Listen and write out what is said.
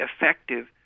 effective